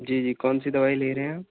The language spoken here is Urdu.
جی جی کون سی دوائی لے رہے ہیں آپ